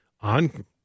on